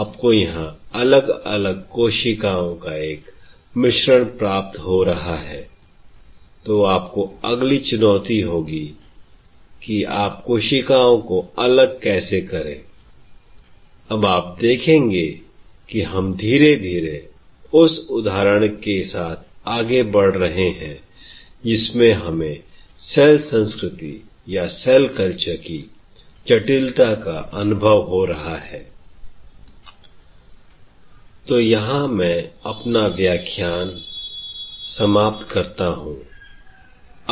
आपको यहां अलग अलग कोशिकाओं का एक मिश्रण प्राप्त हो रहा है I तो आपका अगली चुनौती होगी कि हम कोशिकाओं को अलग कैसे करें I अब आप देखेंगे कि हम धीरे धीरे उस उदाहरण के साथ आगे बढ़ रहे हैं जिसमें हमें सेल संस्कृति की जटिलता का अनुभव हो रहा है I तो यहां मैं अपना व्याख्यान समाप्त करता हूँ I